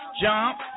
jump